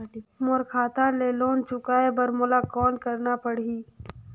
मोर खाता ले लोन चुकाय बर मोला कौन करना पड़ही?